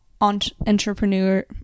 entrepreneur